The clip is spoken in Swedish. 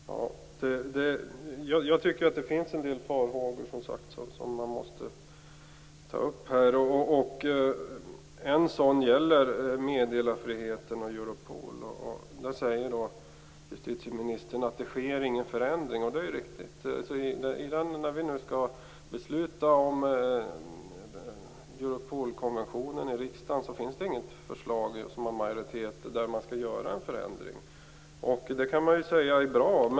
Fru talman! Jag tycker att det finns en del farhågor som man måste ta upp. En sådan gäller meddelarfriheten och Europol. Justitieministern säger att det inte sker någon förändring. Det är riktigt. När vi nu skall besluta om Europolkonventionen i riksdagen finns det inget förslag som stöds av en majoritet om att man skall göra en förändring. Det kan man säga är bra.